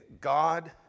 God